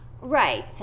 Right